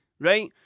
Right